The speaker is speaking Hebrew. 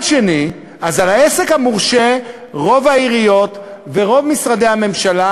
על העסק המורשה מתלבשים רוב העיריות ורוב משרדי הממשלה.